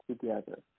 together